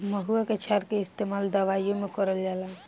महुवा के क्षार के इस्तेमाल दवाईओ मे करल जाला